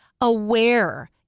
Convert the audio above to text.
aware